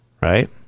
right